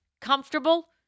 Comfortable